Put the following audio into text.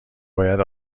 باید